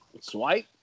swipe